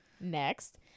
Next